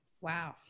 Wow